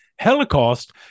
Holocaust